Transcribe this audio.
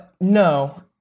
no